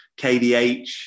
KDH